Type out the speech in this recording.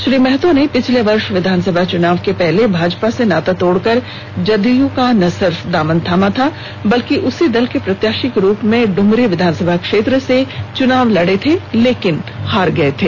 श्री महतो ने पिछले वर्ष विधानसभा चुनाव के पहले भाजपा से नाता तोड़कर जदयू का न सिर्फ दामन थामा था बल्कि उसी दल के प्रत्याशी के रूप में डुमरी विधानसभा क्षेत्र से चुनाव भी लड़े और हार गए थे